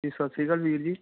ਜੀ ਸਤਿ ਸ਼੍ਰੀ ਅਕਾਲ ਵੀਰ ਜੀ